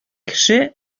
кеше